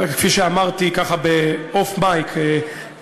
כפי שאמרתי ככה ב-off mic,